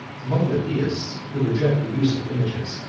among the theists, who reject the use of images,